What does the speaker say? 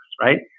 right